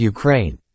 Ukraine